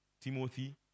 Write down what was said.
Timothy